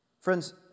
Friends